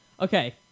Okay